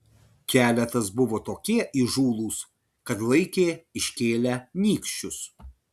keletas buvo tokie įžūlūs kad laikė iškėlę nykščius